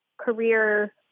career